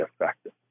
effective